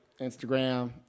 Instagram